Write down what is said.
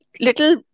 little